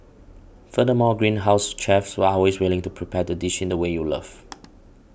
furthermore Greenhouse's chefs are always willing to prepare the dish in the way you love